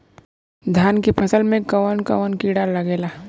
धान के फसल मे कवन कवन कीड़ा लागेला?